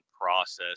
process